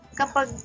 kapag